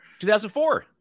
2004